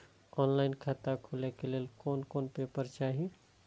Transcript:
Online खाता खोले के लेल कोन कोन पेपर चाही?